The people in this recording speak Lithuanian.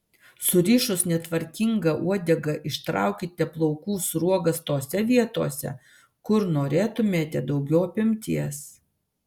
surišus netvarkingą uodegą ištraukite plaukų sruogas tose vietose kur norėtumėte daugiau apimties